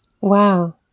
Wow